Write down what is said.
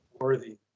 worthy